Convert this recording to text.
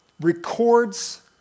records